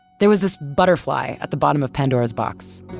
there was this butterfly at the bottom of pandora's box.